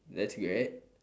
that's right